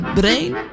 brain